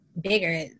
bigger